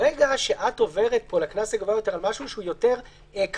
ברגע שאת עוברת לקנס הגבוה יותר על משהו שהוא יותר כמותי,